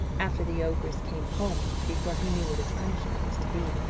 after the ogress came home, before he knew what his punishment was to be!